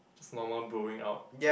just normal bro-ing out